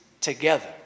together